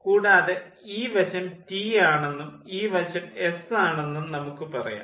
കൂടാതെ ഈ വശം റ്റി ആണെന്നും ഈ വശം എസ് ആണെന്നും നമുക്ക് പറയാം